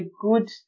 good